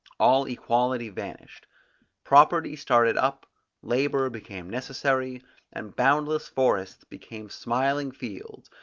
all equality vanished property started up labour became necessary and boundless forests became smiling fields,